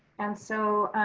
and so